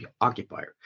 occupier